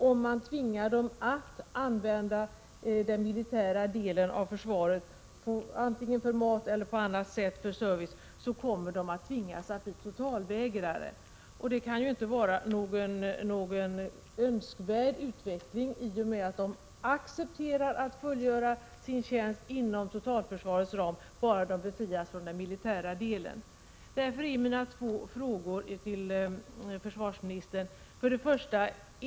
Om man tvingar dem att utnyttja den militära delen av försvaret för att få t.ex. mat eller annat, kommer de att tvingas att bli totalvägrare. Det kan inte vara någon önskvärd utveckling, då ju de vapenfria accepterar att fullfölja sin tjänst inom totalförsvarets ram, om de befrias från den militära delen. Mina två frågor till försvarsministern är: 1.